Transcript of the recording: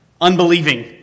unbelieving